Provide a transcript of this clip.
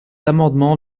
amendement